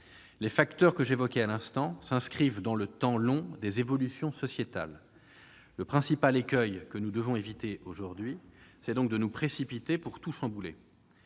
Les facteurs que j'évoquais à l'instant s'inscrivent dans le temps long des évolutions sociétales. Le principal écueil que nous devons éviter aujourd'hui, c'est donc la tentation de nous précipiter pour tout chambouler.